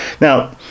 Now